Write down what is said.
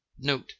note